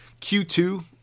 Q2